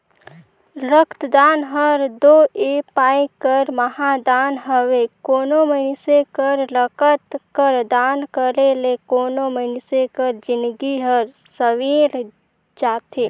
रकतदान हर दो ए पाए कर महादान हवे कोनो मइनसे कर रकत कर दान करे ले कोनो मइनसे कर जिनगी हर संवेर जाथे